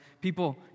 People